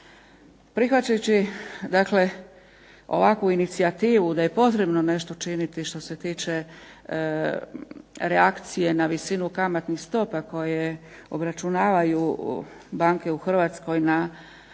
Prihvaćajući ovakvu inicijativu da je potrebno nešto učiniti što se tiče reakcije na visinu kamatnih stopa koje obračunavaju banke u Hrvatskoj na